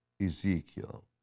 Ezekiel